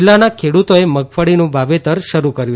જિલ્લાના ખેડૂતોએ મગફળીનું વાવેતર શરુ કર્યું